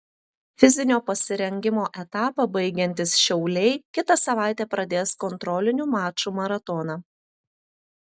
fizinio pasirengimo etapą baigiantys šiauliai kitą savaitę pradės kontrolinių mačų maratoną